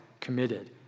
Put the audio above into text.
committed